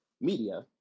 media